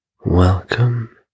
welcome